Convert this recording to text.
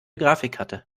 grafikkarte